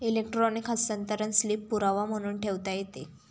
electronic हस्तांतरण slip पुरावा म्हणून ठेवता येते